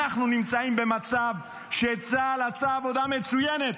אנחנו נמצאים במצב שצה"ל עשה עבודה מצוינת,